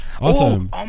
Awesome